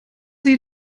sie